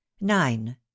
nine